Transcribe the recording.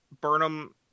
Burnham